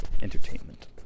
Entertainment